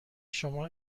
شما